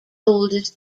oldest